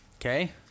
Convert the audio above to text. Okay